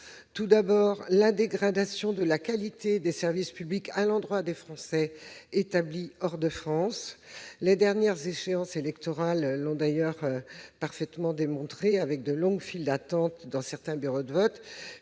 nous notons la dégradation de la qualité des services publics au détriment des Français établis hors de France. Les dernières échéances électorales l'ont d'ailleurs parfaitement illustré, avec de longues files d'attente dans certains bureaux de vote,